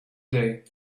day